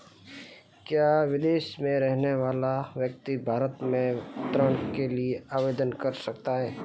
क्या विदेश में रहने वाला व्यक्ति भारत में ऋण के लिए आवेदन कर सकता है?